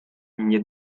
nie